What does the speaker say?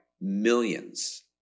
millions